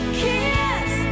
kiss